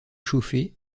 chauffée